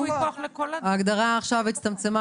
ההגדרה עכשיו הצטמצמה,